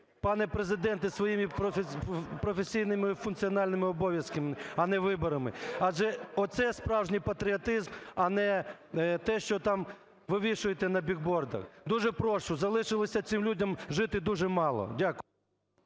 пане Президенте, своїми професійними функціональними обов'язками, а не виборами. Адже оце справжній патріотизм, а не те, що там вивішуєте на бігбордах. Дуже прошу, залишилося цим людям жити дуже мало. Дякую.